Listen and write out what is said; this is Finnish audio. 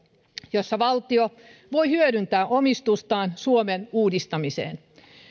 jossa valtio voi hyödyntää omistustaan suomen uudistamiseen